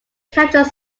captured